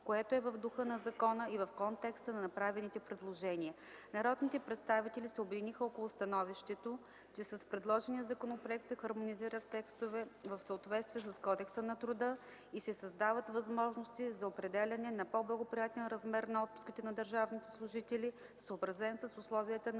което е в духа на закона и в контекста на направените предложения. Народните представители се обединиха около становището, че с предложения законопроект се хармонизират текстове в съответствие с Кодекса на труда и се създават възможности за определяне на по-благоприятен размер на отпуските на държавните служители, съобразен с условията на